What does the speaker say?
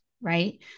right